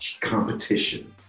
competition